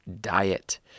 diet